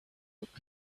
look